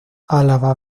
álava